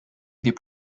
des